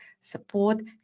support